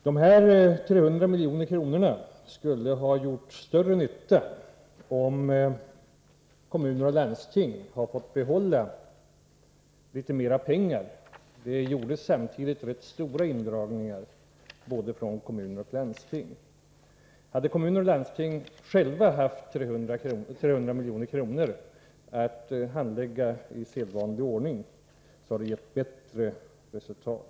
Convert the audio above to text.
Dessa 300 milj.kr. skulle ha gjort större nytta om kommuner och landsting hade fått behålla litet mer pengar. Det gjordes samtidigt rätt stora indragningar från både kommuner och landsting. Om kommuner och landsting själva hade haft 300 milj.kr. att bestämma över i sedvanlig ordning hade det gett bättre resultat.